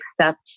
accept